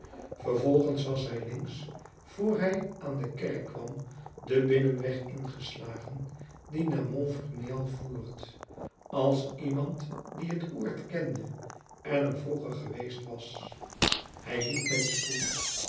vervolgens was hij links vr hij aan de kerk kwam den binnenweg ingeslagen die naar montfermeil voert als iemand die het oord kende en er vroeger geweest was hij liep met spoed